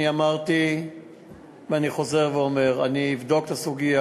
אני אמרתי ואני חוזר ואומר: אני בודק את הסוגיה.